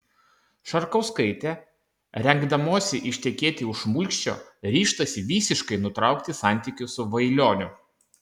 šarkauskaitė rengdamosi ištekėti už šmulkščio ryžtasi visiškai nutraukti santykius su vailioniu